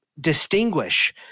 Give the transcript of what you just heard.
distinguish